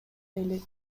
элек